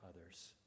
others